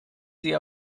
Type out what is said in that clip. sie